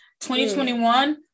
2021